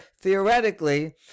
theoretically